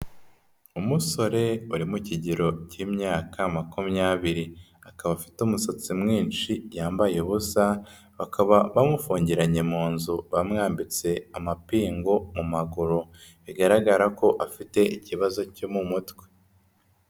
Umusore uri mu kigero cy'imyaka makumyabiri, akaba afite umusatsi mwinshi, yambaye ubusa, bakaba bamufungiranye mu nzu bamwambitse amapingu mu maguru, bigaragara ko afite ikibazo cyo mu mutwe.